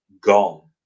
gone